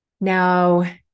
Now